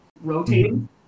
rotating